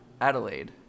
Adelaide